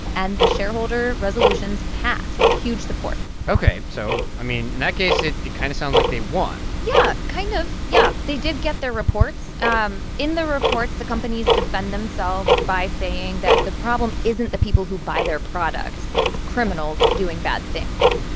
and the shareholder resolutions passed with huge support ok, so, i mean, in that case, it it kind of sounds like they won yeah. kind of, yeah. they did get their reports. um in the reports, the companies defend themselves by saying that the problem isn't the people who buy their products. it's the criminals doing bad things.